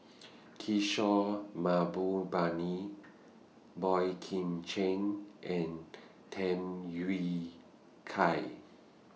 Kishore Mahbubani Boey Kim Cheng and Tham Yui Kai